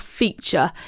feature